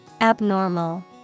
Abnormal